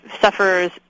suffers